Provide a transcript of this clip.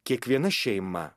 kiekviena šeima